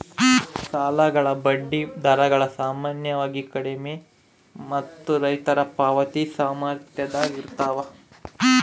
ಸಾಲಗಳ ಬಡ್ಡಿ ದರಗಳು ಸಾಮಾನ್ಯವಾಗಿ ಕಡಿಮೆ ಮತ್ತು ರೈತರ ಪಾವತಿ ಸಾಮರ್ಥ್ಯದಾಗ ಇರ್ತವ